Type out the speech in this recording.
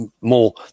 more